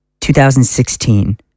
2016